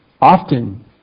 often